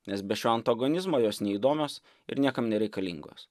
nes be šio antagonizmo jos neįdomios ir niekam nereikalingos